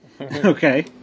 Okay